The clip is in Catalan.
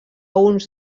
uns